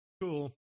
cool